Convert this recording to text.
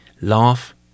laugh